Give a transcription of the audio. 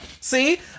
See